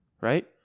Right